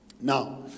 Now